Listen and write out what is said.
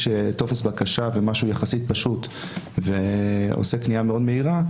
טופס בקשה ומשהו יחסית פשוט ועושה קנייה מאוד מהירה,